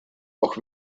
auch